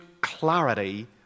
clarity